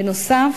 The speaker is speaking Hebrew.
בנוסף,